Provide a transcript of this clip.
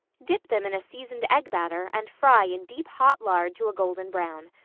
dip them in a seasoned egg batter and fry in deep hot lard to a golden brown.